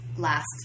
last